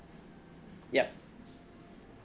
yup